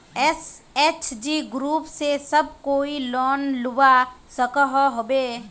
SHG group से सब कोई लोन लुबा सकोहो होबे?